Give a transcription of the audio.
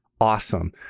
awesome